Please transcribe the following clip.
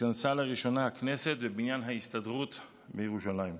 התכנסה לראשונה הכנסת בבניין ההסתדרות בירושלים.